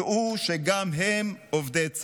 דעו שגם הם עובדי צה"ל,